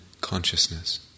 consciousness